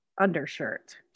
undershirt